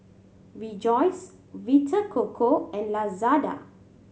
Rejoice Vita Coco and Lazada